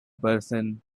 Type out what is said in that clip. person